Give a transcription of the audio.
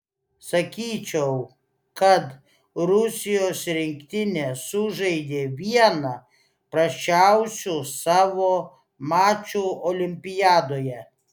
sakyčiau kad rusijos rinktinė sužaidė vieną prasčiausių savo mačų olimpiadoje